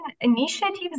initiatives